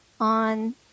on